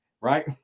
Right